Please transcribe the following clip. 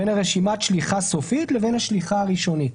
בין רשימת השליחה הסופית לבין השליחה הראשונית?